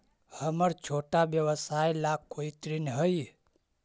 हमर छोटा व्यवसाय ला कोई ऋण हई?